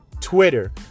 Twitter